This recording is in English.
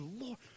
Lord